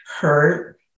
hurt